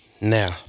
Now